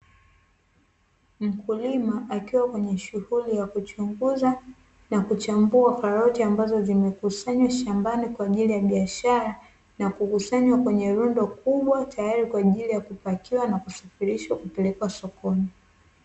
Mkulima akiwa kwenye shughuli ya kuchunguza na kuchambua karoti ambazo zimekusanywa shambani kwa ajili ya biashara, na kukusanywa kwenye rundo kubwa tayari kwa ajili ya kupakiwa na kupelekwa sokoni.